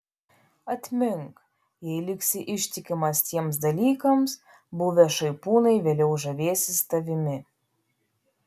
atmink jei liksi ištikimas tiems dalykams buvę šaipūnai vėliau žavėsis tavimi